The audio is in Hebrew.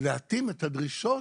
להתאים את הדרישות.